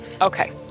Okay